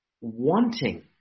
wanting